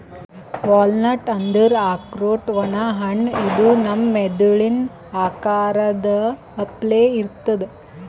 walnut ಅಂದ್ರ ಆಕ್ರೋಟ್ ಒಣ ಹಣ್ಣ ಇದು ನಮ್ ಮೆದಳಿನ್ ಆಕಾರದ್ ಅಪ್ಲೆ ಇರ್ತದ್